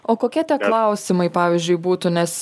o kokie tie klausimai pavyzdžiui būtų nes